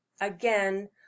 Again